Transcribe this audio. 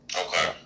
Okay